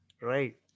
right